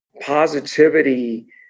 positivity